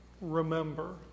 remember